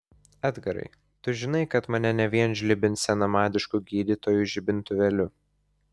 edgarai tu žinai kad mane ne vien žlibins senamadišku gydytojų žibintuvėliu